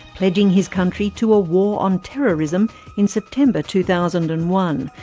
pledging his country to a war on terrorism in september two thousand and one,